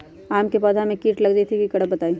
आम क पौधा म कीट लग जई त की करब बताई?